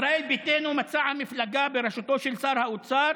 ישראל ביתנו: מצע המפלגה בראשותו של שר האוצר